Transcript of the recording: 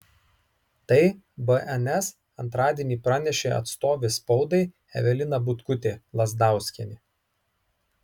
tai bns antradienį pranešė atstovė spaudai evelina butkutė lazdauskienė